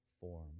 form